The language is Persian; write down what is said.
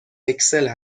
اکسل